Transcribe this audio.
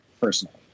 personally